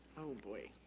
oh boy.